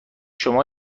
شما